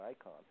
icon